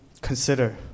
consider